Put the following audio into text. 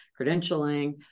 credentialing